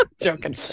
joking